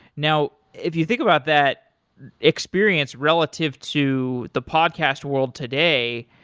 now, if you think about that experience relative to the podcast world today,